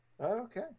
okay